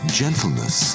gentleness